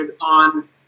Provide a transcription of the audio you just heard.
on